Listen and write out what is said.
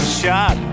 shot